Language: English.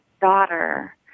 daughter